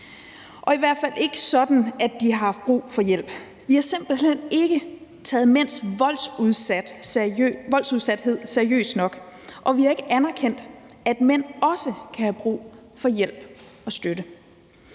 – i hvert fald ikke sådan, at de har haft brug for hjælp. Vi har simpelt hen ikke taget mænds voldsudsathed seriøst nok, og vi har ikke anerkendt, at mænd også kan have brug for hjælp og støtte,